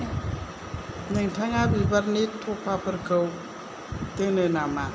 नोंथाङा बिबारनि थफाफोरखौ दोनो नामा